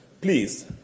Please